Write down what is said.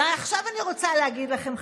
ועכשיו אני רוצה להגיד לכם,